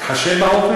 מה עשינו?